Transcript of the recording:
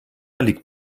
liegt